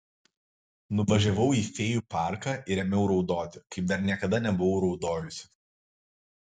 nuvažiavau į fėjų parką ir ėmiau raudoti kaip dar niekada nebuvau raudojusi